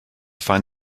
find